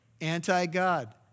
Anti-God